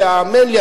האמן לי,